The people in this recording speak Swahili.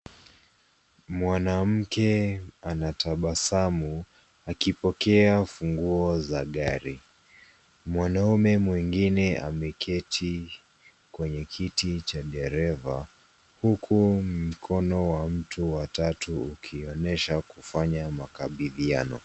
Mwanamke anatabasmu akipokea funguo za gari. Mwanaume mwingine ameketi kwenye kiti cha dereva huku mkono wa mtu wa tatu ukionyesha kufanya makabidhiano.